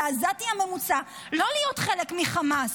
לעזתי הממוצע לא להיות חלק מחמאס?